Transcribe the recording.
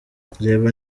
reba